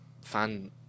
fan